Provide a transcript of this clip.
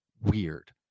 weird